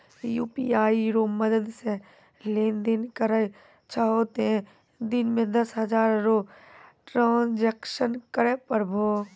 UPI रो मदद से लेनदेन करै छहो तें दिन मे दस हजार रो ट्रांजेक्शन करै पारभौ